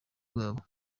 bwabo